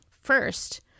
First